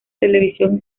televisión